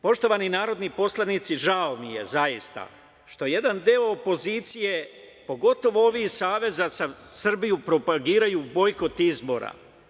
Poštovani narodni poslanici, žao mi je zaista što jedan deo opozicije, pogotovo ovi iz Saveza za Srbiju propagiraju bojkot izbora.